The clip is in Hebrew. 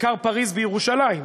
כיכר-פריז בירושלים,